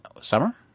summer